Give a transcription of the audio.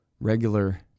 regular